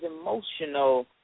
emotional